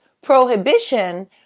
prohibition